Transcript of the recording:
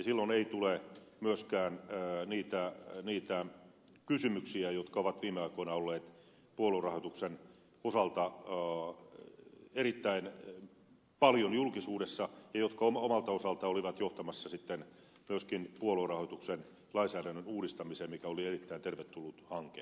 silloin ei tule myöskään niitä kysymyksiä jotka ovat viime aikoina olleet puoluerahoituksen osalta erittäin paljon julkisuudessa ja jotka omalta osaltaan olivat johtamassa myöskin puoluerahoituksen lainsäädännön uudistamiseen joka oli erittäin tervetullut hanke